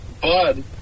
Bud